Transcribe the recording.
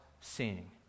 seeing